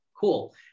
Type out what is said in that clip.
Cool